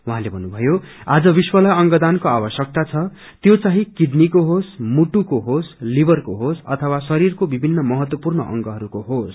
उहाँले भन्नुभ्नयो आज विश्चलाई अंगदानको आवश्यकता द त्यो चाहिं किडनीको होस हार्टको होस लिवरको होस अथवा शरीरको विभिन्न महत्वपूर्ण अंगहरूको होस